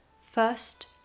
first